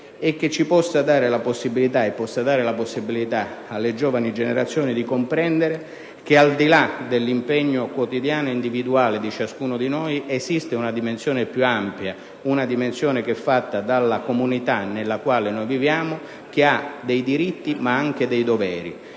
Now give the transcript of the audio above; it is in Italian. che possa dare la possibilità a noi ed alle giovani generazioni di comprendere che, al di là dell'impegno quotidiano e individuale di ciascuno di noi, esiste una dimensione più ampia, che è fatta dalla comunità della quale noi viviamo, che ha dei diritti ma anche dei doveri.